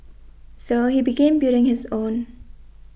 so he began building his own